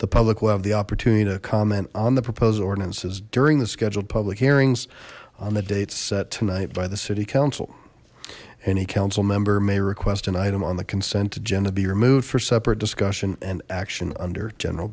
the public will have the opportunity to comment on the proposal ordinances during the scheduled public hearings on the dates set tonight by the city council any council member may request an item on the consent agenda be removed for separate discussion and action under general